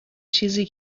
چیزی